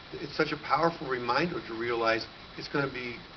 it's such a powerful reminder to realize it's gonna be,